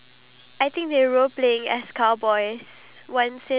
I actually wish that